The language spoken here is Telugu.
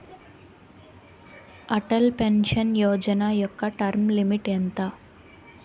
అటల్ పెన్షన్ యోజన యెక్క టర్మ్ లిమిట్ ఎంత?